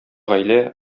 гаилә